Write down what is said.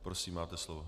Prosím, máte slovo.